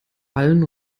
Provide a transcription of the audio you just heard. allen